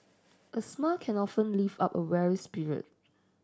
a smile can often lift up a weary spirit